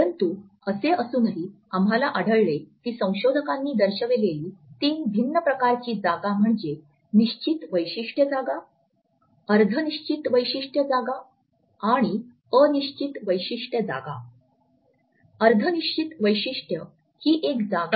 परंतु असे असूनही आम्हाला आढळले की संशोधकांनी दर्शविलेली तीन भिन्न प्रकारची जागा म्हणजे निश्चित वैशिष्ट्य जागा अर्ध निश्चित वैशिष्ट्य जागा आणि अनिश्चित वैशिष्ट्य जागा